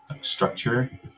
structure